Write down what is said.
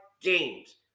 games